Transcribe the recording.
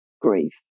grief